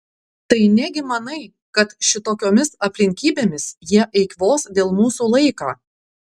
tai negi manai kad šitokiomis aplinkybėmis jie eikvos dėl mūsų laiką